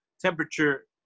temperature